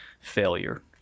failure